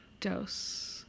dose